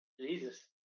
Jesus